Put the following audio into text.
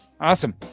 Awesome